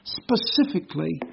specifically